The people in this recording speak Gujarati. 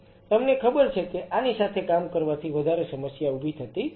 તમને ખબર છે કે આની સાથે કામ કરવાથી વધારે સમસ્યા ઉભી થતી નથી